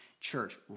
Church